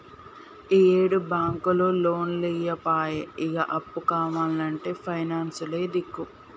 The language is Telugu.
ఈయేడు బాంకులు లోన్లియ్యపాయె, ఇగ అప్పు కావాల్నంటే పైనాన్సులే దిక్కు